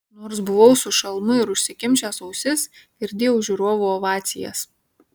nors buvau su šalmu ir užsikimšęs ausis girdėjau žiūrovų ovacijas